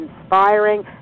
inspiring